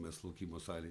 mes laukimo salėj